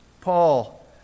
Paul